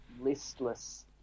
listless